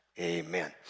Amen